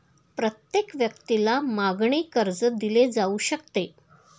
प्रत्येक व्यक्तीला मागणी कर्ज दिले जाऊ शकते